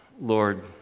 Lord